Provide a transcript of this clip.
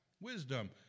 wisdom